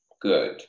good